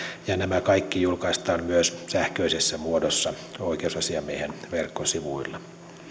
ja nämä kaikki julkaistaan myös sähköisessä muodossa oikeusasiamiehen verkkosivuilla